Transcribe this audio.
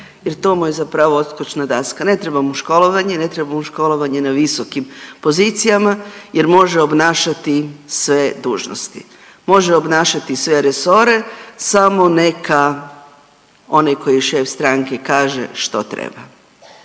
jer to mu je zapravo odskočna daska. Ne treba mu školovanje, ne treba mu školovanje na visokim pozicijama jer može obnašati sve dužnosti, može obnašati sve resore samo neka onaj koji je šef stranke kaže što treba.